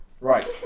Right